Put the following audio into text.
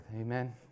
Amen